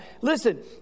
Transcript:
Listen